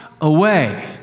away